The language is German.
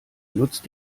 nutzt